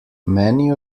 many